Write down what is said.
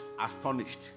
astonished